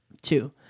Two